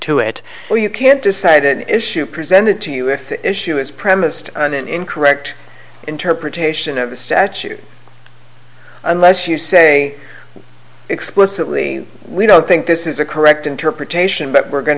to it or you can't decide an issue presented to you if the issue is premised on an incorrect interpretation of a statute unless you say explicitly we don't think this is a correct interpretation but we're going